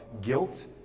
guilt